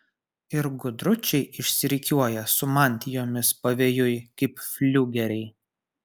ir gudručiai išsirikiuoja su mantijomis pavėjui kaip fliugeriai